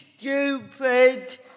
Stupid